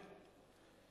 איננו.